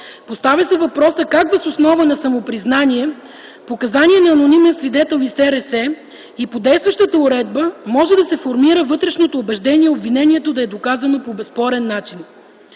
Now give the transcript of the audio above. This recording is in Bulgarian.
Поставя се въпросът как въз основа на самопризнание, показания на анонимен свидетел и СРС и по действащата уредба може да се формира вътрешното убеждение обвинението да е доказано по безспорен начин.